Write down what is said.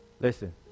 Listen